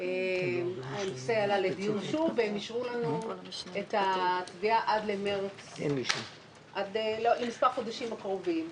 הנושא עלה לדיון שוב והם אישרו לנו את התביעה למספר החודשים הקרובים.